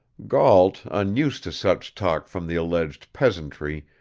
gault, unused to such talk from the alleged peasantry,